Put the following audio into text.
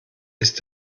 ist